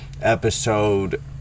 episode